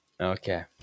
Okay